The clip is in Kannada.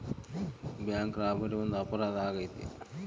ಬ್ಯಾಂಕ್ ರಾಬರಿ ಒಂದು ಅಪರಾಧ ಆಗೈತೆ